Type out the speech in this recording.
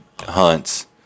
hunts